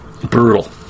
Brutal